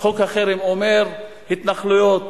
חוק החרם אומר: התנחלויות,